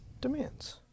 Demands